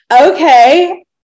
okay